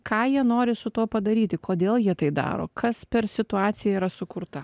ką jie nori su tuo padaryti kodėl jie tai daro kas per situacija yra sukurta